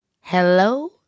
hello